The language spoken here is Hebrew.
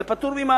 זה פטור ממס.